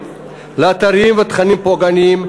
לאתרים ולתכנים פוגעניים.